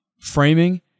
Framing